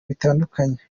bitandukanye